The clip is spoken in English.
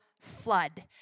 flood